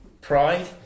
Pride